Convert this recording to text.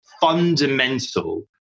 fundamental